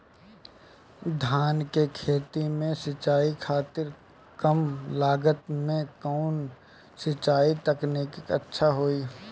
धान के खेती में सिंचाई खातिर कम लागत में कउन सिंचाई तकनीक अच्छा होई?